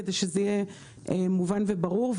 כדי שזה יהיה מובן וברור.